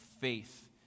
faith